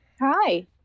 Hi